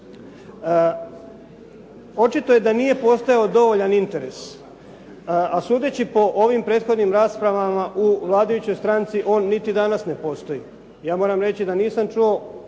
Očito je da nije postojao dovoljan interes a sudeći po ovim prethodnim raspravama u vladajućoj stranci on niti danas ne postoji. Ja moram reći da nisam čuo